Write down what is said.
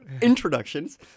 introductions